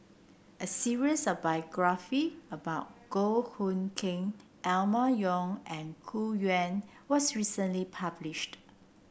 a series of biography about Goh Hood Keng Emma Yong and Gu Juan was recently published